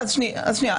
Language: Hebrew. שנייה.